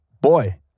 boy